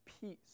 peace